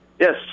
Yes